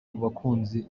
bakunzi